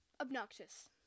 obnoxious